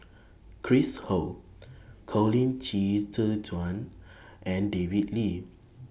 Chris Ho Colin Qi Zhe Quan and David Lee